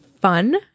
fun